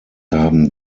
haben